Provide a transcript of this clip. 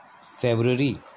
February